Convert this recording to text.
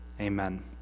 Amen